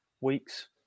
weeks